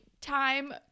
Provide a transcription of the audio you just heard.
time